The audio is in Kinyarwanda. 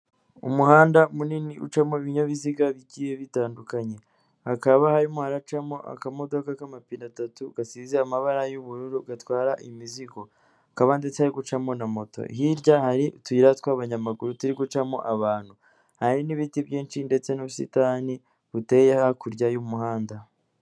Umuhanda munini ucamo ibinyabiziga bigiye bitandukanye, hakaba harimo haracamo akamodoka k'amapine atatu gasize amabara y'ubururu gatwara imizigo, hakaba ndetse hari gucamo na moto, hirya hari utuyira tw'abanyamaguru turi gucamo abantu, hari n'ibiti byinshi ndetse n'ubusitani buteyeye hakurya y'umuhanda.